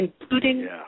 including